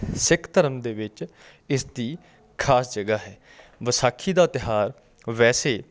ਸਿੱਖ ਧਰਮ ਦੇ ਵਿੱਚ ਇਸਦੀ ਖਾਸ ਜਗ੍ਹਾ ਹੈ ਵਿਸਾਖੀ ਦਾ ਤਿਉਹਾਰ ਵੈਸੇ